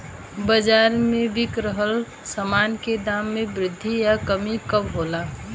बाज़ार में बिक रहल सामान के दाम में वृद्धि या कमी कब होला?